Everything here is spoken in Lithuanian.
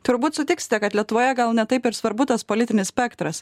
turbūt sutiksite kad lietuvoje gal ne taip ir svarbu tas politinis spektras